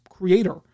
creator